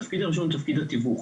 התפיק הראשון הוא תפקיד התיווך,